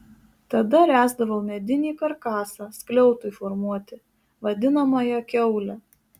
tada ręsdavo medinį karkasą skliautui formuoti vadinamąją kiaulę